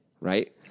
right